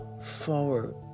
forward